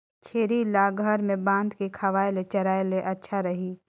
छेरी ल घर म बांध के खवाय ले चराय ले अच्छा रही?